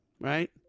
Right